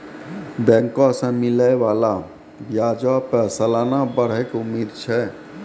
बैंको से मिलै बाला ब्याजो पे सलाना बढ़ै के उम्मीद छै